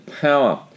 Power